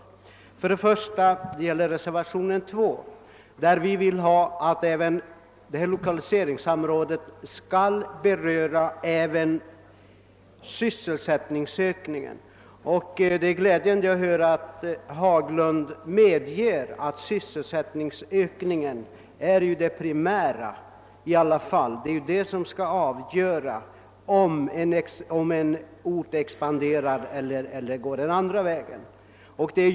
Det gäller först reservationen 2, där vi framhåller att lokaliseringssamrådet även bör beröra sysselsättningsökningen, och det är glädjande att herr Haglund håller med om att sysselsättningsökningen i alla fall är det primära. Det är ju den som avgör om en ort expanderar eller inte.